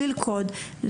ללכוד,